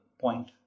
point